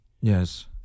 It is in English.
yes